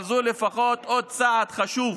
אבל זה לפחות עוד צעד חשוב